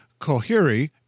Kohiri